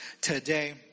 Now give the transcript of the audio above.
today